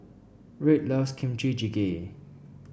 Red loves Kimchi Jjigae